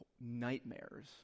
nightmares